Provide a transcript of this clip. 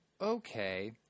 okay